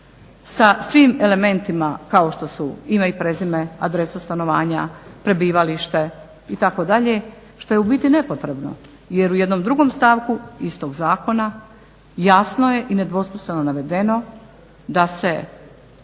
sa svim elementima kao što su ime i prezime, adresa stanovanja, prebivalište itd. što je u biti nepotrebno jer u jednom drugom stavku istog zakona jasno je i nedvosmisleno navedeno da se